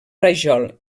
rajol